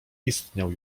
istniał